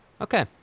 okay